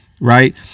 right